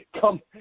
come